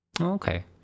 Okay